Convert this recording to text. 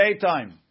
daytime